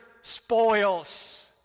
spoils